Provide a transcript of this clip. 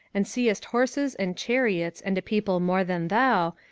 and seest horses, and chariots, and a people more than thou,